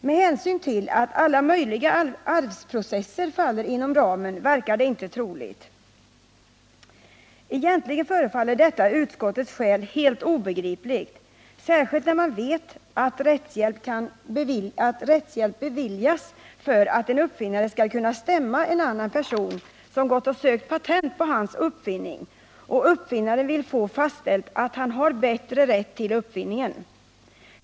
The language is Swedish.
Med hänsyn till att alla möjliga arvsprocesser faller inom ramen, verkar det inte så troligt. Egentligen förefaller detta utskottets skäl helt obegripligt, särskilt när man vet att rättshjälp beviljas för att en uppfinnare skall kunna stämma en annan person som gått och sökt patent på hans uppfinning, och uppfinnaren vill få fastställt att han har bättre rätt till uppfinningen.